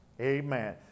amen